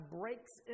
breaks